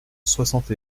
soixante